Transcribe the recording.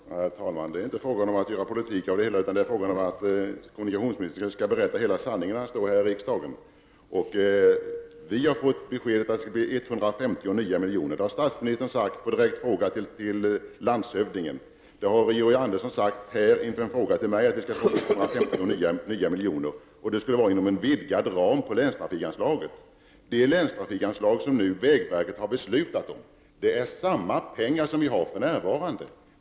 Herr talman! Det är inte fråga om att göra politik av den här saken utan det är fråga om att kommunikationsministern skall berätta hela sanningen när han står här i riksdagen. Vi har fått beskedet att Blekinge län skall få 150 nya miljoner. Det har statsministern sagt som svar på en direkt fråga från landshövdingen. Georg Andersson har också sagt som svar på en fråga från mig att vi i Blekinge län skall få 150 nya miljoner och att detta skall ske inom en vidgad ram för länstrafikanslaget. Det är länstrafikanslaget som vägverket har beslutat om nu, och det är samma pengar som vi har för närvarande.